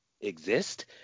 exist